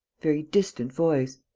very distant voice.